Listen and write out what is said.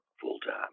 full-time